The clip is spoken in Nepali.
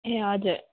ए हजुर